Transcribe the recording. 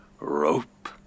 rope